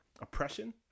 oppression